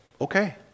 okay